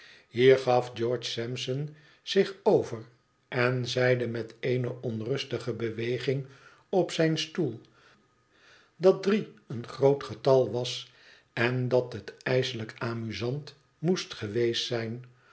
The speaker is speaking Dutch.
hier gaf george sampson zich over en zeide meteene onrustige beweging op zijn stoel dat drie een groot getal was en dat het ijselijk amusant moest weest zijn